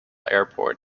airport